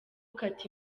kati